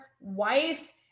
wife